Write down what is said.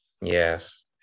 Yes